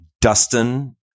Dustin